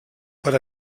per